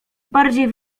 bardziej